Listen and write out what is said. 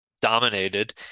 dominated